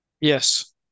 Yes